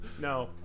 No